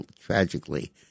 tragically